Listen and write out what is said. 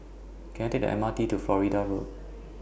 Can I Take The M R T to Florida Road